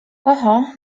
oho